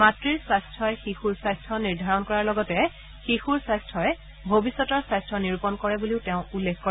মাতৃৰ স্বাস্থাই শিশুৰ স্বাস্থ্য নিৰ্ধাৰণ কৰাৰ লগতে শিশুৰ স্বাস্থই ভৱিষ্যতৰ স্বাস্থ্য নিৰূপণ কৰে বুলিও তেওঁ উল্লেখ কৰে